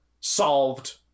solved